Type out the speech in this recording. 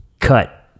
Cut